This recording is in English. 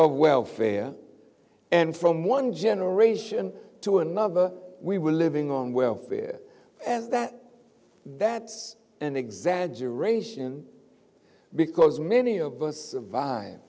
of welfare and from one generation to another we were living on welfare as that that's an exaggeration because many of us